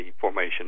formation